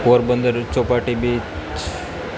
Porbandar Chowpatty beach